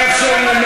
אני אקצר.